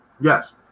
Yes